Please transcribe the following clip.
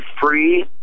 free